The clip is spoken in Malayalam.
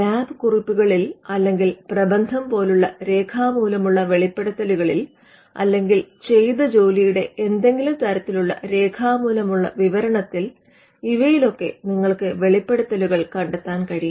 ലാബ് കുറിപ്പുകളിൽ അല്ലെങ്കിൽ പ്രബന്ധം പോലുള്ള രേഖാമൂലമുള്ള വെളിപ്പെടുത്തലുകളിൽ അല്ലെങ്കിൽ ചെയ്ത ജോലിയുടെ ഏതെങ്കിലും തരത്തിലുള്ള രേഖാമൂലമുള്ള വിവരണത്തിൽ ഇവയിലൊക്കെ നിങ്ങൾക്ക് വെളിപ്പെടുത്തലുകൾ കണ്ടെത്താൻ കഴിയും